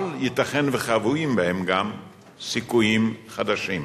אבל ייתכן שחבויים בהם גם סיכויים חדשים.